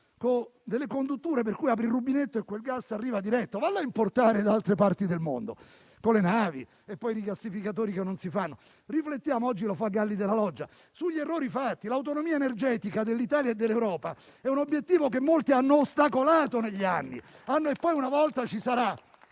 con condutture per cui apri il rubinetto e quel gas arriva diretto. Proviamo a importarlo da altre parti del mondo, con le navi e i rigassificatori che non si fanno. Riflettiamo - oggi lo fa Galli Della Loggia - sugli errori fatti: l'autonomia energetica dell'Italia e dell'Europa è un obiettivo che molti hanno ostacolato negli anni. Una volta ci sarà